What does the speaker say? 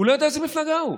הוא לא יודע באיזו מפלגה הוא.